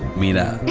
meena.